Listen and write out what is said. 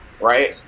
right